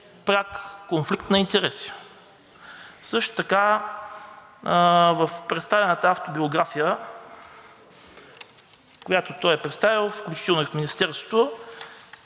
пряк конфликт на интереси? Също така в автобиографията, която той е представил, включително и в Министерството,